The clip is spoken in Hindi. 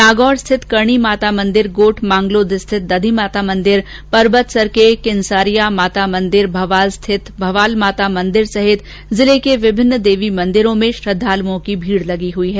नागौर स्थित करणी माता मेंदिर गोठ मांगलोद स्थित दधिमति माता मंदिर परबतसर स्थित किनसरिया माता मंदिर भवाल स्थित भवाल माता मंदिर सहित जिले के विभिन्न देवी मंदिरों में श्रद्धालुओं की भीड लगी हई है